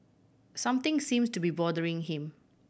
something seems to be bothering him